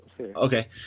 okay